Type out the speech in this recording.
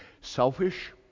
selfish